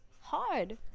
hard